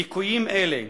ליקויים אלה,